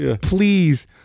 Please